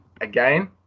again